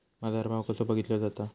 बाजार भाव कसो बघीतलो जाता?